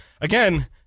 again